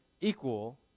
equal